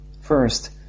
First